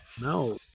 No